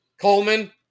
Coleman